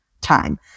time